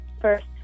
first